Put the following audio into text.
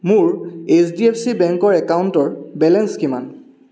মোৰ H D F C বেংকৰ একাউণ্টৰ বেলেঞ্চ কিমান